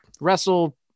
wrestle